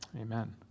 amen